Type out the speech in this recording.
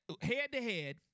head-to-head